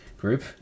Group